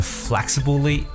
flexibly